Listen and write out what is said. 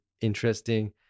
interesting